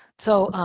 so